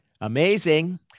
Amazing